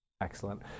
Excellent